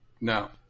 No